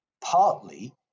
partly